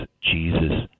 Jesus